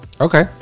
Okay